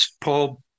Paul